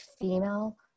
female